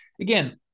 Again